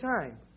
time